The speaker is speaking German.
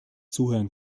zuhören